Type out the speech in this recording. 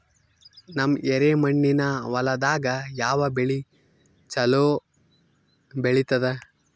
ನಮ್ಮ ಎರೆಮಣ್ಣಿನ ಹೊಲದಾಗ ಯಾವ ಬೆಳಿ ಚಲೋ ಬೆಳಿತದ?